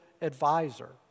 advisor